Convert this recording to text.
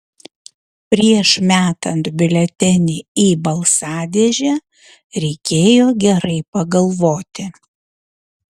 prieš metant biuletenį į balsadėžę reikėjo gerai pagalvoti